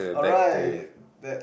alright that's